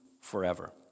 forever